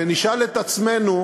ונשאל את עצמנו: